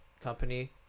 company